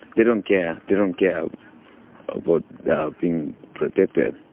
they don't care, they don't care ah but about being protected.